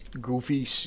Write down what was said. goofy